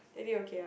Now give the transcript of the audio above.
okay ah